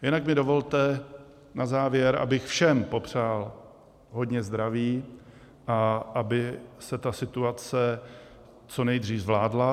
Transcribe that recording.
Jinak mi dovolte na závěr, abych všem popřál hodně zdraví a aby se ta situace co nejdříve zvládla.